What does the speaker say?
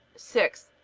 six.